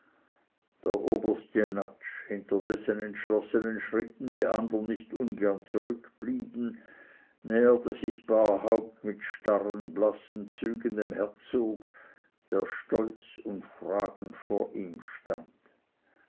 der oberst jenatsch hinter dessen entschlossenen schritten die andern nicht ungern zurückblieben näherte sich barhaupt mit starren blassen zügen dem herzog der stolz und fragend vor ihm stand